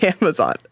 Amazon